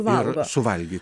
ir suvalgyk